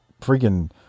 freaking